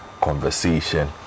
conversation